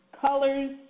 colors